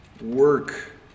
work